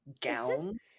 Gowns